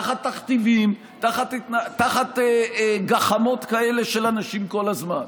תחת תכתיבים, תחת גחמות כאלה של אנשים כל הזמן?